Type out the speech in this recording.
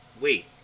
wait